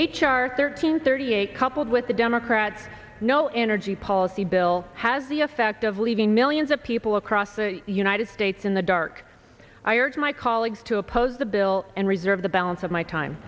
r thirteen thirty eight coupled with the democrats no energy policy bill has the effect of leaving millions of people across the united states in the dark i urge my colleagues to oppose the bill and reserve the balance of my time